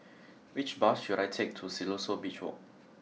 which bus should I take to Siloso Beach Walk